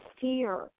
fear